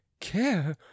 care